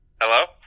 Hello